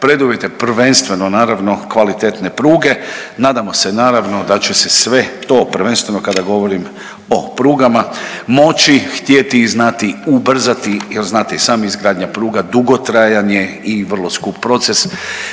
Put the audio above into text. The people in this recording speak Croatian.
preduvjete, prvenstveno naravno kvalitetne pruge, nadamo se naravno da će se sve to prvenstveno kada govorim o prugama moći, htjeti i znati ubrzati jel znate i sami izgradnja pruga dugotrajan je i vrlo skup proces,